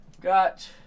Got